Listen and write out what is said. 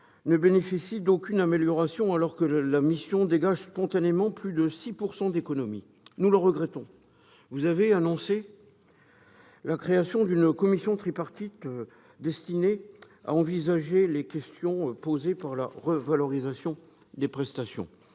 ne bénéficie d'aucune amélioration, alors que la mission dégage spontanément plus de 6 % d'économies. Nous le regrettons ! Madame la secrétaire d'État, vous avez annoncé la création d'une commission tripartite destinée à envisager les questions posées par la revalorisation des prestations